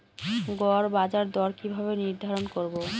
গড় বাজার দর কিভাবে নির্ধারণ করব?